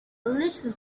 little